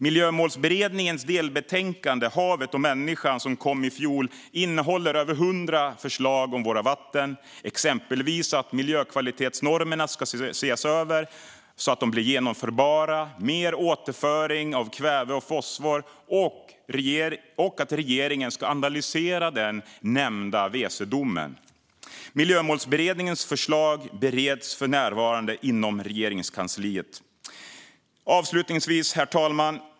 Miljömålsberedningens delbetänkande Havet och människan som kom i fjol innehåller över hundra förslag om våra vatten - exempelvis att miljökvalitetsnormerna ska ses över så att de blir genomförbara, att återföringen av kväve och fosfor ska öka och att regeringen ska analysera den nyss nämnda Weserdomen. Miljömålsberedningens förslag bereds för närvarande inom Regeringskansliet. Herr talman!